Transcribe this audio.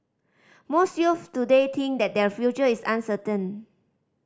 most youths today think that their future is uncertain